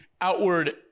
outward